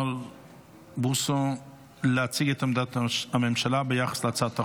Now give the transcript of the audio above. מר בוסו להציג את עמדת הממשלה ביחס להצעת החוק,